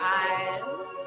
eyes